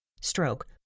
stroke